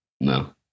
No